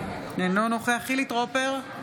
אינו נוכח חילי טרופר,